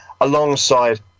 alongside